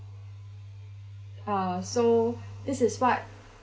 uh so this is what